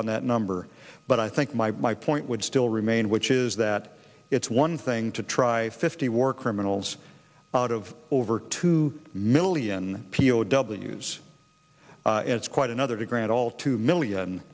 on that number but i think my my point would still remain which is that it's one thing to try fifty war criminals out of over two million p o w s it's quite another to grant all two million